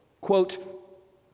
Quote